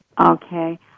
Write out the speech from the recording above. Okay